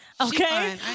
Okay